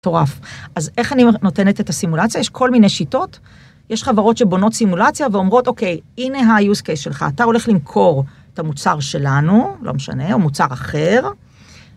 מטורף. אז איך אני נותנת את הסימולציה? יש כל מיני שיטות. יש חברות שבונות סימולציה ואומרות: אוקיי, הינה היוזקי שלך, אתה הולך למכור את המוצר שלנו, לא משנה, או מוצר אחר.